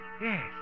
Yes